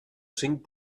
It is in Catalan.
cinc